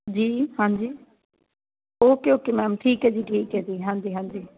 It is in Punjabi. ਜੀ ਹਾਂਜੀ ਓਕੇ ਓਕੇ ਮੈਮ ਠੀਕ ਹੈ ਜੀ ਠੀਕ ਹੈ ਜੀ ਹਾਂਜੀ ਹਾਂਜੀ